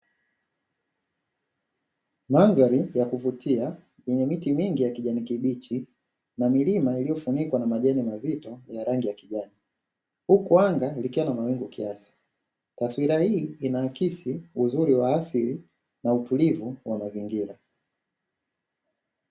Mandhari ya kuvutia yenye miti mingi ya kijani kibichi na milima iliyofunikwa majani mazito ya rangi ya kijani huku anga likiwa na mawingu kiasi, taswira hii inaakisi uzuri wa asili na utulivu wa mazingira.